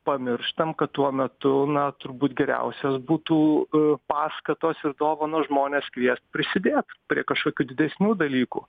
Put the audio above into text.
pamirštam kad tuo metu na turbūt geriausias būtų paskatos ir dovanos žmones kviest prisidėt prie kažkokių didesnių dalykų